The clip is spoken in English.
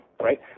right